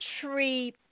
tree